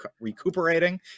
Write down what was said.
recuperating